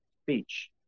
speech